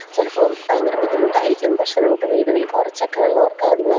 ചിലപ്പോള് ഭയങ്കര ബുദ്ധിമുട്ടായിരിക്കും പക്ഷേ നമുക്ക് വീടുകളിൽ കുറച്ചൊക്കെ ഉള്ളവർക്ക് അതിന്